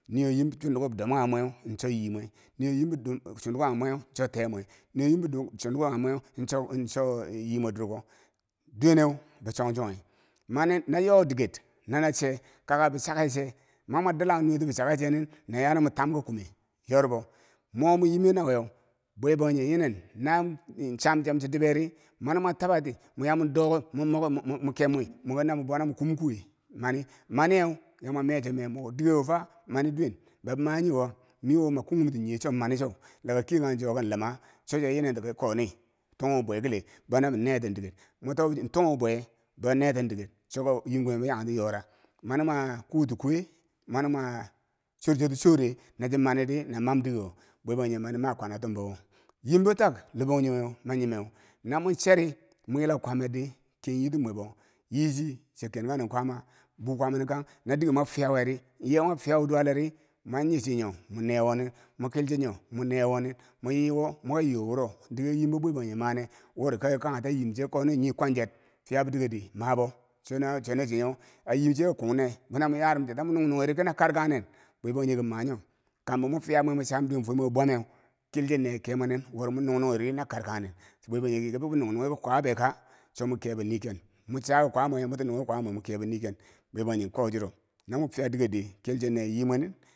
Nii wo yim chundukut bidom kanghe mweu cho yimwe nii wo yiim be dom chundukut kanghe mweu cho teemwe nii wo yim bido chundukut kanghe mweu cho cho yi mwe durko, duweneu bi chong chonghe mani noyo diker no na che kaa bichakece mwama dilang nuweti bi chake che nin na ya na motam ki kume yorbo mo moyime nawe bwa bangjinghe yinen nan chamchem chodibe ri, ma nimwa taba ti mwi ya mwi do mwi mokhum mwi kem wi moki mo bouna kumkuwe mani maniyeu ya mo mecho me moki dikewo fa mani duwen ba manyi wo, mi wo ma kunghumti nyiyeu cho mani cho, la ka kiyekangcho ki luma cho cha yinen ki ko ni tunghu bwe kile bo na mi neten diker mo to tunghu bwe bo ne ten diker choko yimkimembo yaken ti yora mani ma a ku ti kuwe, mani mwa chor choti chore no chi mani di na mam dike wo bwe bangjinghe mani ma kwanatumbo woyimbo tak labangjingheu, ma nyimeu na mwi cheri mwi yilau kwamer dii, yi chi chia ken kang nen kwaama buu kwamanin kang, no diker mwa fiyau weri nye mwi fiyau duwale ri mwan nghichi nyo mwi ne wo nin, mwi kilchi nyo mwi newo nin mwi wo moki a yo wuro dike yimbo bwe bangjinghe mane wori kari kanghe ta yimche koni nyiyo kwancher fiyabo diker di mabo chona chona cho nyeu a yi che ki kungne bwenna mwi yarum cho ta mwi nungnunghi ri kina karkangnen. bwe bangjinghe ki manyo kambo mwi fiya mweu mwi cham duwen fwer mwero bwameu kilchi ne kemwenin kino mwi nungnunghiri na karkang nen. bwe bangjinghe yiki biki nungnunghi ki kwabe ka? cho mwi kebo nii ken mwi cha ki kwamwe mwiti nunghi ki kwame mwi kebo niken bwe bangjinghe ko churo no mwi fiya diker di kilchi ne yimwe nin.